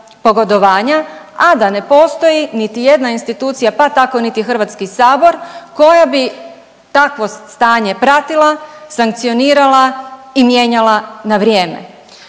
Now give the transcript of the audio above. pogodovanja, a da ne postoji niti jedna institucija, pa tako niti Hrvatski sabor koja bi takvo stanje pratila, sankcionirala i mijenjala na vrijeme.